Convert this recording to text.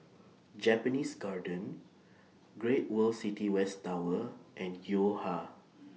Japanese Garden Great World City West Tower and Yo Ha